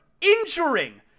injuring